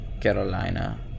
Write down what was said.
Carolina